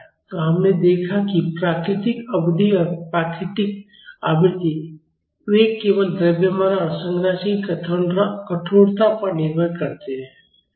तो हमने देखा है कि प्राकृतिक अवधि और प्राकृतिक आवृत्ति वे केवल द्रव्यमान और संरचना की कठोरता पर निर्भर करते हैं